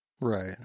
Right